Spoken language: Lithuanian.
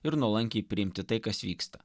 ir nuolankiai priimti tai kas vyksta